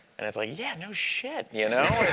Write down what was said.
and it's like, yeah, no shit, you know?